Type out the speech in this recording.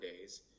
Days